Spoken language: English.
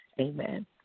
Amen